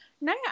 no